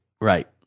right